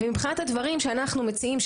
מבחינת הדברים שאנחנו מציעים,